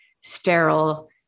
sterile